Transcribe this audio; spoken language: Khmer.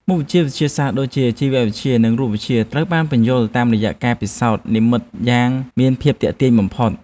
មុខវិជ្ជាវិទ្យាសាស្ត្រដូចជាជីវវិទ្យា និងរូបវិទ្យាត្រូវបានពន្យល់តាមរយៈការពិសោធន៍និម្មិតយ៉ាងមានភាពទាក់ទាញបំផុត។